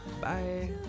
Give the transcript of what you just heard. Bye